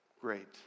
Great